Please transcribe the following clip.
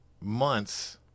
months